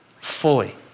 Fully